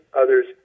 others